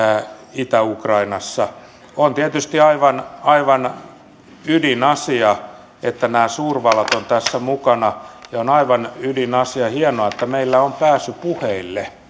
itä ukrainassa on tietysti aivan aivan ydinasia että nämä suurvallat ovat tässä mukana ja on aivan ydinasia ja hienoa että meillä on pääsy puheille